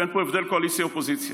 ואין פה הבדל בין קואליציה לאופוזיציה.